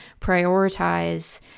prioritize